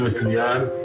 שקוביצקי.